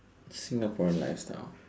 Singaporean lifestyle